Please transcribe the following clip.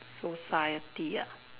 society ah